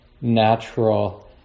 natural